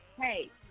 hey